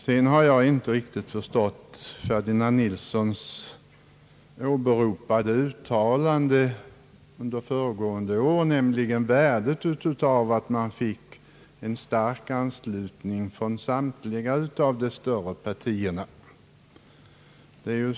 Jag har inte riktigt förstått herr Ferdinand Nilssons uttalande beträffande värdet av att man föregående år fick stark anslutning från samtliga större partier.